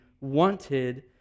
wanted